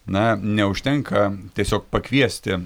na neužtenka tiesiog pakviesti